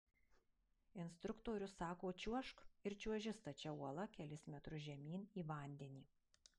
instruktorius sako čiuožk ir čiuoži stačia uola kelis metrus žemyn į vandenį